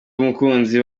umukunzi